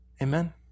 Amen